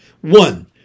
One